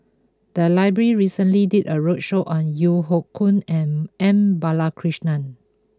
the library recently did a roadshow on Yeo Hoe Koon and M Balakrishnan